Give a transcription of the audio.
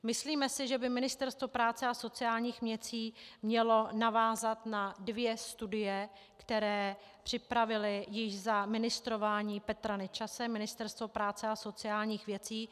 Myslíme si, že by Ministerstvo práce a sociálních věcí mělo navázat na dvě studie, které připravilo již za ministrování Petra Nečase Ministerstvo práce a sociálních věcí.